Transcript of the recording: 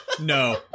No